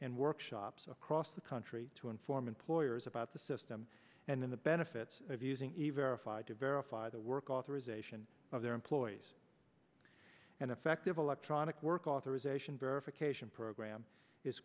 and workshops across the country to inform employers about the system and then the benefits of using a verified to verify the work authorization of their employees and effective electronic work authorization verification program is